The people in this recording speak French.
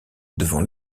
devant